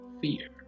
fear